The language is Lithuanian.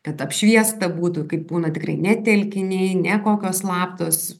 kad apšviesta būtų kaip būna tikrai ne telkiniai ne kokios slaptos